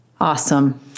Awesome